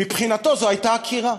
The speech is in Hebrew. מבחינתו זו הייתה עקירה.